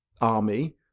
army